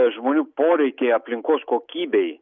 žmonių poreikiai aplinkos kokybei